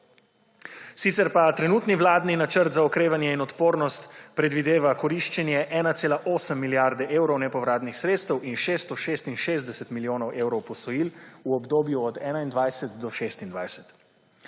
Sicer pa trenutni vladni Načrt za okrevanje in odpornost predvideva koriščenje 1,8 milijarde evrov nepovratnih sredstev in 666 milijonov evrov posojil v obdobju od 2021 do 2026.